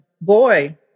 boy